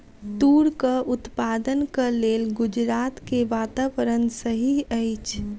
तूरक उत्पादनक लेल गुजरात के वातावरण सही अछि